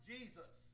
Jesus